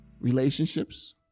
Relationships